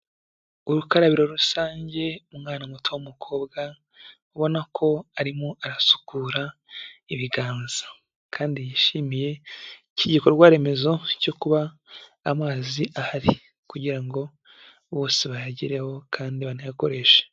Urukarabiro rusange, umwana muto w'umukobwa ubona ko arimo arasukura ibiganza kandi yishimiye iki gikorwa remezo cyo kuba amazi ahari kugira ngo bose bayagereho kandi banayakoreshe.